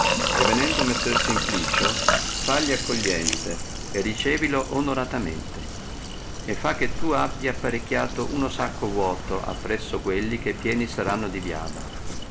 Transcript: e venendo messer simplicio fagli accoglienze e ricevilo onoratamente e fa che tu abbi apparecchiato uno sacco vuoto appresso quelli che pieni saranno di biada